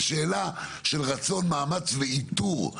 זו שאלה של רצון מאמץ ואיתור,